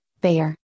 Bayer